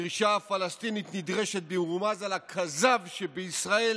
הדרישה הפלסטינית נשענת במרומז על הכזב שבישראל